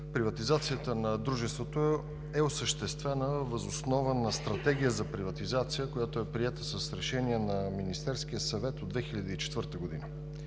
Приватизацията на дружеството е осъществена въз основа на Стратегия за приватизация, която е приета с Решение на Министерския съвет от 2004 г.